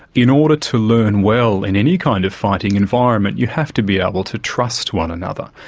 in order to learn well in any kind of fighting environment you have to be able to trust one another.